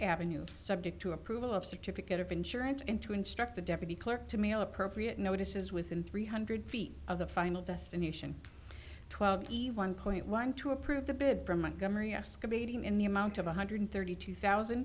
avenue subject to approval of certificate of insurance and to instruct the deputy clerk to mail appropriate notices within three hundred feet of the final destination twelve one point one two approve the bid from montgomery us competing in the amount of one hundred thirty two thousand